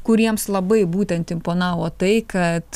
kuriems labai būtent imponavo tai kad